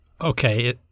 Okay